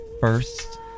first